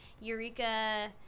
Eureka